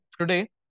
Today